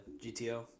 GTO